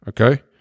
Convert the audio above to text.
Okay